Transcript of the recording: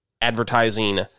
advertising